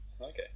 Okay